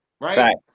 Right